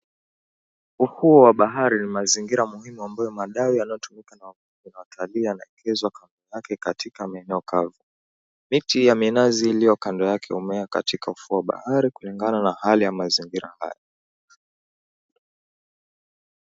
Ufuo wa bahari ni mazingira muhimu ambapo madau yanayotumika na wavuvi na watalii yameegezwa kando yake katika maeneo kavu miti ya minazi iliyo kando yake humea katika ufuoa wa bahari kulingana na mazingira haya.